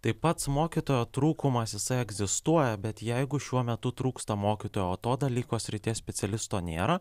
tai pats mokytojo trūkumas jisai egzistuoja bet jeigu šiuo metu trūksta mokytojo o to dalyko srities specialisto nėra